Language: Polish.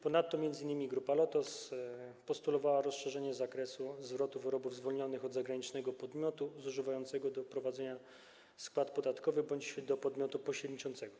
Ponadto m.in. Grupa Lotos postulowała rozszerzenie zakresu zwrotu wyrobów zwolnionych od zagranicznego podmiotu zużywającego do prowadzącego skład podatkowy bądź do podmiotu pośredniczącego.